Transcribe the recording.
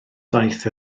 daeth